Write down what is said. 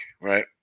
right